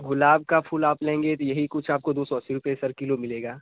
गुलाब का फूल आप लेंगे तो यही कुछ आपको दो सौ अस्सी रूपये सर किलो मिलेगा